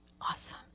Awesome